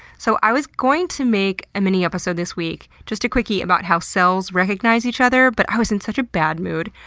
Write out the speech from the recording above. so i was going to make a mini episode this week, just a quickie about how cells recognize each other, but i was in such a bad mood.